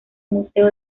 museo